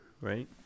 right